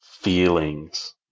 Feelings